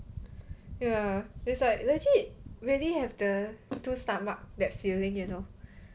ya there's like legit really have the two stomach that feeling you know